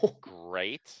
great